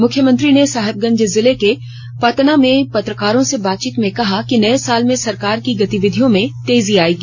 मुख्यमंत्री ने साहेबगंज जिले के पतना में पत्रकारों से बातचीत में कहा कि नए साल में सरकार की गर्तिविधियों में तेजी आएगी